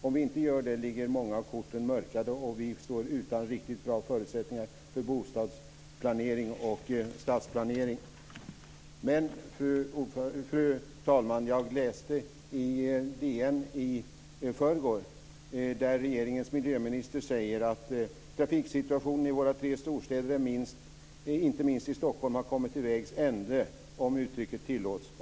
Om vi inte gör det ligger många av korten mörkade och vi står utan riktigt bra förutsättningar för bostadsplanering och stadsplanering." Men, fru talman, jag läste i DN i förrgår och där säger regeringens miljöminister: "Trafiksituationen i våra tre storstäder, inte minst i Stockholm, har kommit till 'vägs ände', om uttrycket tillåts."